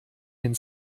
den